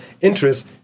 interest